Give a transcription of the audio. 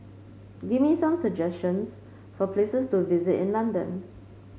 give me some suggestions for places to visit in London